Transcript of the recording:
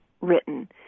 written